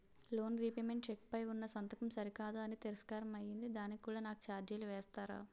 Loan repayment cheque పై ఉన్నా సంతకం సరికాదు అని తిరస్కారం అయ్యింది దానికి కూడా నాకు ఛార్జీలు వేస్తారా?